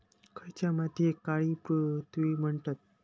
खयच्या मातीयेक काळी पृथ्वी म्हणतत?